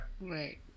Right